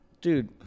Dude